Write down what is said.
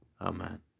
Amen